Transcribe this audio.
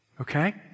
okay